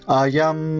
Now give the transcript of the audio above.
ayam